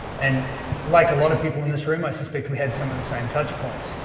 and like a lot of people in this room, i suspect we had some of the same touch points.